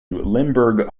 limburg